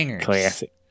Classic